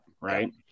right